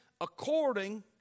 according